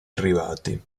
arrivati